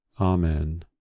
Amen